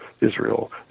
Israel